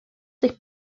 sich